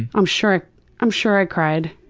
i'm sure i'm sure i cried